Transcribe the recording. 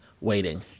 waiting